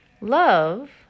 Love